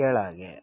ಕೆಳಗೆ